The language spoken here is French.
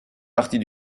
partie